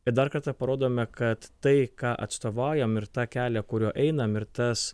ir dar kartą parodome kad tai ką atstovaujam ir tą kelią kuriuo einam ir tas